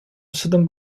southern